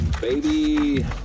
baby